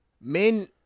men